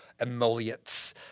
emollients